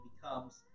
becomes